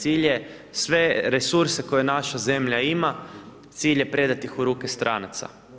Cilj je sve resurse koje naša zemlja ima, cilj je predati ih u ruke stranaca.